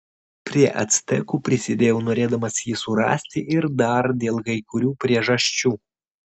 prie actekų prisidėjau norėdamas jį surasti ir dar dėl kai kurių priežasčių